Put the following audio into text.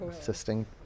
assisting